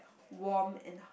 warm and